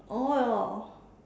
oh ya